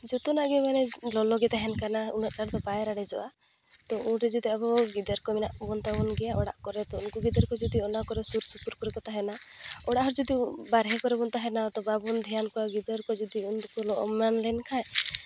ᱡᱚᱛᱚᱱᱟᱜ ᱜᱮ ᱢᱟᱱᱮ ᱞᱚᱞᱚ ᱜᱮ ᱛᱟᱦᱮᱱ ᱠᱟᱱᱟ ᱩᱱᱟᱹᱜ ᱪᱟᱲ ᱫᱚ ᱵᱟᱭ ᱨᱟᱲᱮᱡᱚᱜᱼᱟ ᱛᱚ ᱩᱱᱨᱮ ᱡᱩᱫᱤ ᱟᱵᱚ ᱜᱤᱫᱟᱹᱨ ᱠᱚ ᱢᱮᱱᱟᱜ ᱵᱚᱱ ᱛᱟᱵᱚᱱ ᱚᱲᱟᱜ ᱠᱚᱨᱮ ᱫᱚ ᱩᱱᱠᱩ ᱜᱤᱫᱟᱹᱨ ᱠᱚ ᱚᱱᱟ ᱠᱚᱨᱮ ᱥᱩᱨ ᱥᱩᱯᱩᱨ ᱠᱚᱨᱮ ᱠᱚ ᱛᱟᱦᱮᱱᱟ ᱚᱲᱟᱜ ᱦᱚᱲ ᱡᱩᱫᱤ ᱵᱟᱨᱦᱮ ᱠᱚᱨᱮ ᱵᱚᱱ ᱛᱟᱦᱮᱱᱟ ᱛᱚ ᱵᱟᱵᱚᱱ ᱰᱷᱮᱭᱟᱱ ᱠᱚᱣᱟ ᱜᱤᱫᱟᱹᱨ ᱠᱚ ᱡᱩᱫᱤ ᱩᱱᱫᱚᱠᱚ ᱞᱚ ᱮᱢᱟᱱ ᱞᱮᱱ ᱠᱷᱟᱡ